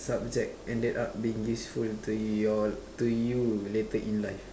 subject ended up being useful to y'all to you later in life